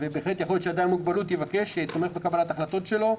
ובהחלט יכול להיות שאדם עם מוגבלות יבקש שתומך בקבלת החלטות שלו,